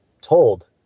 told